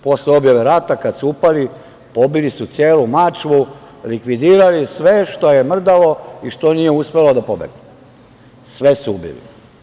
Posle objave rata kada su upali, pobili su celu Mačvu, likvidirali sve što je mrdalo i što nije uspelo da pobegne, sve su ubili.